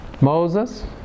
Moses